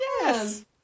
yes